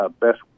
best